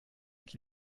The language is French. qui